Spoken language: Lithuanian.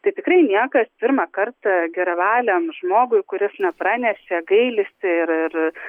tai tikrai niekas pirmą kartą geravaliam žmogui kuris na pranešė gailisi ir ir